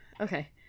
Okay